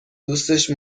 دوستش